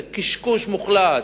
זה קשקוש מוחלט.